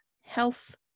health